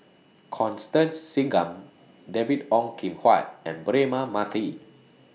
Constance Singam David Ong Kim Huat and Braema Mathi